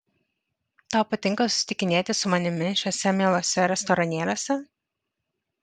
tau patinka susitikinėti su manimi šiuose mieluose restoranėliuose